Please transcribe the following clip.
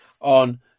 on